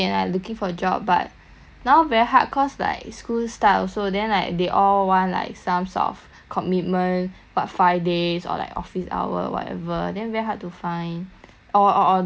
now very hard cause like school start also then like they all want like some sort of commitment but five days or like office hour or whatever then very hard to find or or or the location all like damn far